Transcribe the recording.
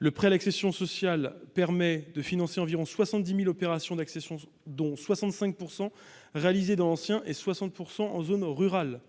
Le prêt d'accession sociale permet de financer environ 70 000 opérations d'accession, dont 65 % réalisés dans l'ancien et 60 % en zone rurale.